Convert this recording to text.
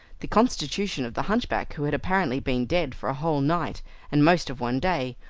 the constitution of the hunchback who had apparently been dead for a whole night and most of one day,